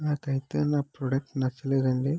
నాకు అయితే నా ప్రోడక్ట్ నచ్చలేదు అండి